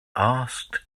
asked